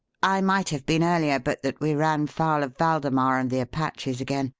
i might have been earlier but that we ran foul of waldemar and the apaches again,